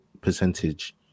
percentage